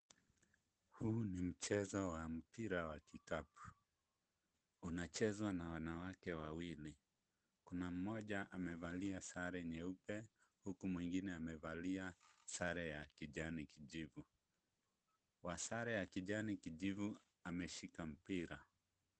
Huu ni mchezo wa mpira wa kikapu. Unachezwa na wanawake wawili. Kuna mmoja amevalia sare nyeupe huku mwingine amevalia sare ya kijani kijivu. Wa sare ya kijani kijivu ameshika mpira.